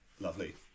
lovely